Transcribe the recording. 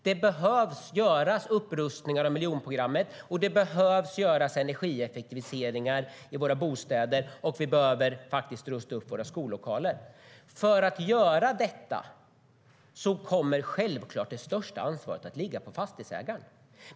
Det behöver göras upprustningar av miljonprogrammet, och det behöver göras energieffektiviseringar i våra bostäder. Vi behöver också rusta upp våra skollokaler. För att göra detta kommer självfallet det största ansvaret att ligga på fastighetsägaren.